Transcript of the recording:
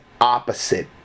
opposite